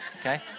Okay